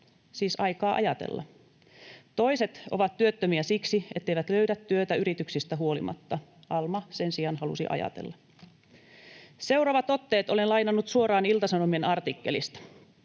siis aikaa ajatella. Toiset ovat työttömiä siksi, etteivät löydä työtä yrityksistä huolimatta. Alma sen sijaan halusi ajatella. Seuraavat otteet olen lainannut suoraan Ilta-Sanomien artikkelista: